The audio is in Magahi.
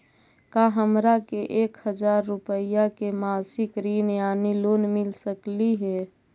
का हमरा के एक हजार रुपया के मासिक ऋण यानी लोन मिल सकली हे?